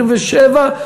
27,